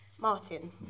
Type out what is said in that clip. Martin